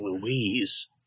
Louise